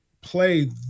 play